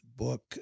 Book